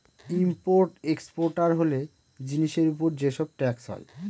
import exporter হলে জিনিসের উপর যে সব ট্যাক্স হয়